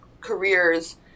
careers